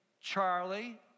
Charlie